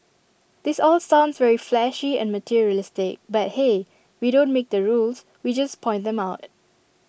this all sounds very flashy and materialistic but hey we don't make the rules we just point them out